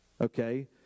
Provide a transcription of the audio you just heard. okay